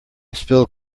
spilled